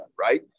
right